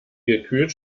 gekühlt